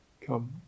come